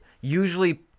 usually